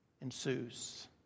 ensues